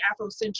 afrocentric